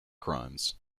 crimes